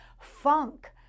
funk